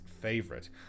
favorite